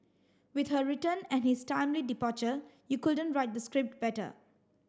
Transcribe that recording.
with her return and his timely departure you couldn't write the script better